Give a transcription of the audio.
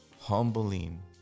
humbling